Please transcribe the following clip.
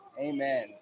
Amen